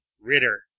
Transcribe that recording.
Ritter